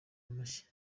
amashyi